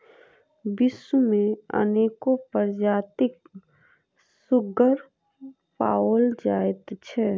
विश्व मे अनेको प्रजातिक सुग्गर पाओल जाइत छै